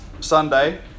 Sunday